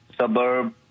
suburb